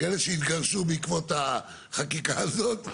כאלה שהתגרשו בעקבות החקיקה הזאת,